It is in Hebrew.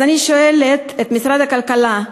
אז אני שואלת את משרד הכלכלה: